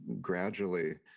gradually